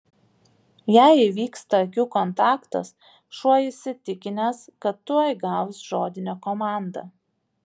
jei įvyksta akių kontaktas šuo įsitikinęs kad tuoj gaus žodinę komandą